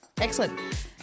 Excellent